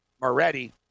Moretti